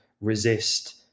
resist